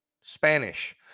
Spanish